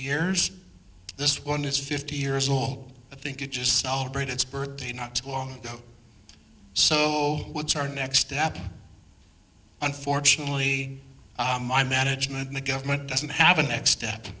years this one is fifty years old i think it just celebrate its birthday not too long ago so what's our next step unfortunately my management and the government doesn't have a next step